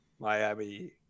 miami